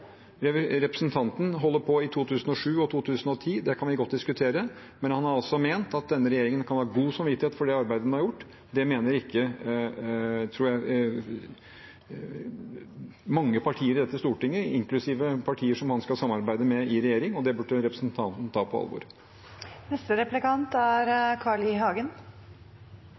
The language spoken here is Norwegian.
skjedd. Representanten holder på i 2007 og 2010, det kan vi godt diskutere, men han har altså ment at denne regjeringen kan ha god samvittighet for det arbeidet den har gjort. Det mener ikke – tror jeg – mange partier i dette Stortinget, inklusive partier han skal samarbeide med i regjering. Det burde representanten ta på alvor.